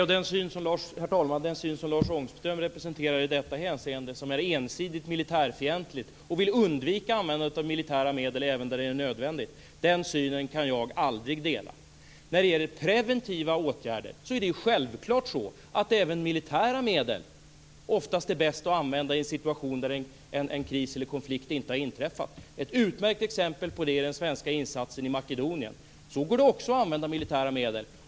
Herr talman! Lars Ångströms syn är ensidigt militärfientlig, och han vill undvika att använda militära medel även när det är nödvändigt. Den synen kan jag aldrig dela. När det gäller preventiva åtgärder är självfallet även militära medel oftast bäst att använda i en situation där en kris eller konflikt inte har inträffat. Ett utmärkt exempel på det är den svenska insatsen i Makedonien. Så går det också att använda militära medel.